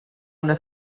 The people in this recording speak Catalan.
una